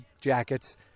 jackets